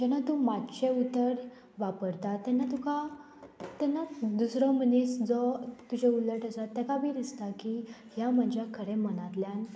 जेन्ना तूं मातशें उतर वापरता तेन्ना तुका तेन्ना दुसरो मनीस जो तुजें उलट आसा ताका बी दिसता की ह्या म्हज्या खरें मनांतल्यान